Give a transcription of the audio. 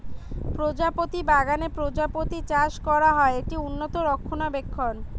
প্রজাপতি বাগানে প্রজাপতি চাষ করা হয়, এটি উন্নত রক্ষণাবেক্ষণ